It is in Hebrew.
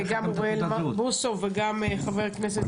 גם אוריאל בוסו וגם חבר הכנסת אורי מקלב.